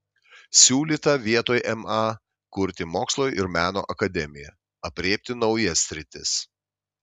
siūlyta vietoj ma kurti mokslo ir meno akademiją aprėpti naujas sritis